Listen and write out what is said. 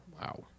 Wow